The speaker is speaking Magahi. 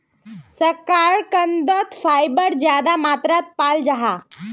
शकार्कंदोत फाइबर ज्यादा मात्रात पाल जाहा